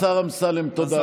השר אמסלם, תודה.